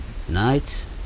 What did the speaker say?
Tonight